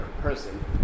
person